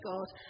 God